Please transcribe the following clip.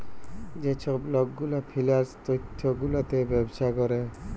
যে ছব লক গুলা ফিল্যাল্স তথ্য গুলাতে ব্যবছা ক্যরে